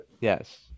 Yes